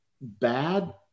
bad